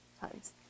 times